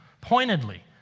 pointedly